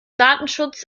datenschutz